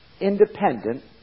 independent